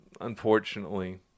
unfortunately